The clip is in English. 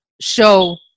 show